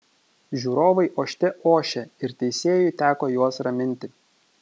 žiūrovai ošte ošė ir teisėjui teko juos raminti